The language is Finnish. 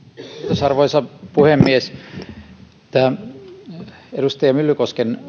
kiitos arvoisa puhemies tämä edustaja myllykosken